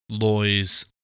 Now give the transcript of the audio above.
Loy's